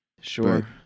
Sure